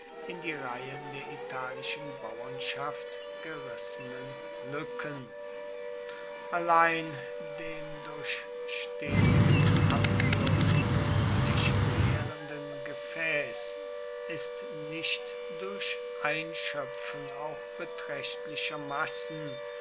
in die reihen der italischen bauernschaft gerissenen lücken allein dem durch stetigen abfluß sich leerenden gefäß ist nicht durch einschöpfen auch beträchtlicher massen